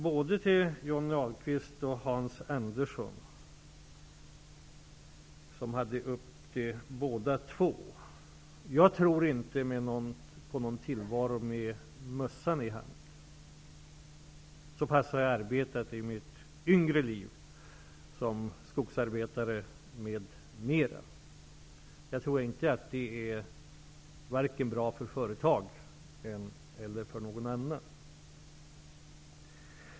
Både till Johnny Ahlqvist och Hans Andersson vill jag säga att jag inte tror på någon tillvaro med mössan i hand, så pass mycket har jag arbetat i mina yngre dagar som skogsarbetare m.m. att jag kan säga det. Jag tror inte att det är bra vare sig för företag eller för någon annan.